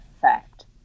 fact